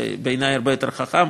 בעיני זה הרבה יותר חכם,